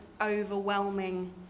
overwhelming